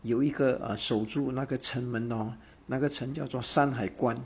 有一个 err 守住那个城门的那个 hor 城叫做山海关